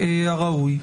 הראוי.